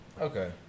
Okay